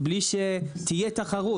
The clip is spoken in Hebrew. בלי שתהיה תחרות.